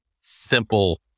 simple